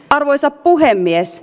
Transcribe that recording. arvoisa puhemies